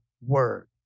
word